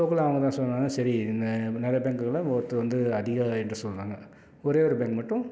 இப்போ கூட அவங்க தான் சொன்னாங்க சரி இந்த நிறையா பேங்க்குக்குள்ளே ஒருத்தர் வந்து அதிக இன்ட்ரஸ்ட் சொல்கிறாங்க ஒரே ஒரு பேங்க் மட்டும்